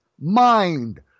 mind